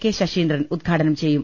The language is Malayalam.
കെ ശശീന്ദ്രൻ ഉദ്ഘാടനം ചെയ്യും